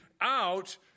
out